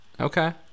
okay